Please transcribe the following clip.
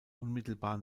unmittelbar